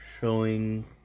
showing